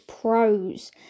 Pros